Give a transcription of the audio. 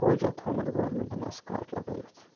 فوجا تھوٚمُت گورمٮ۪نٛٹَن اٮ۪سکاٹ لگٲیِتھ